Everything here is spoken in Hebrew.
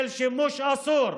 בשל שימוש אסור,